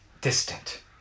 distant